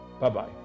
Bye-bye